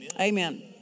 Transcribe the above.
Amen